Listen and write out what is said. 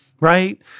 Right